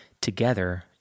together